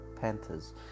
Panthers